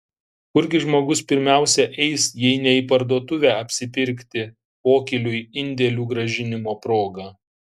kurgi žmogus pirmiausia eis jei ne į parduotuvę apsipirkti pokyliui indėlių grąžinimo proga